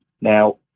Now